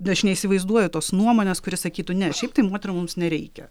aš neįsivaizduoju tos nuomonės kuri sakytų ne šiaip tai moterų mums nereikia